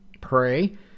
pray